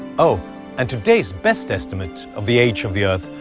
oh and today's best estimate of the age of the earth.